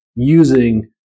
Using